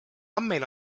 andmeil